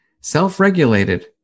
self-regulated